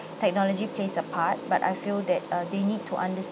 technology plays a part but I feel that uh they need to understand